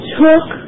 took